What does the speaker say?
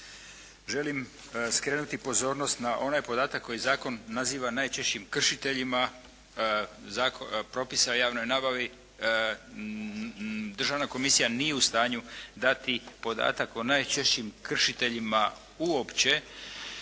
Želim skrenuti pozornost na onaj podatak koji zakon naziva najčešćim kršiteljima propisa o javnoj nabavi. Državna komisija nije u stanju dati podatak o najčešćim kršiteljima uopće